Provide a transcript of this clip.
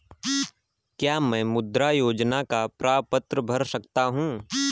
क्या मैं मुद्रा योजना का प्रपत्र भर सकता हूँ?